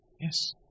Yes